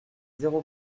zéro